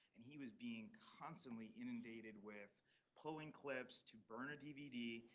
and he was being constantly inundated with pulling clips to burn a dvd.